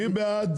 מי בעד